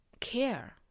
care